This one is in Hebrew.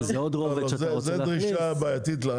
זאת דרישה בעייתית.